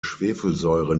schwefelsäure